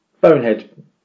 Bonehead